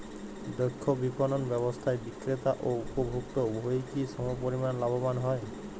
দক্ষ বিপণন ব্যবস্থায় বিক্রেতা ও উপভোক্ত উভয়ই কি সমপরিমাণ লাভবান হয়?